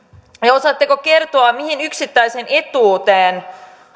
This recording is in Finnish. osaatteko kertoa mihin yksittäiseen etuuteen